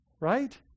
Right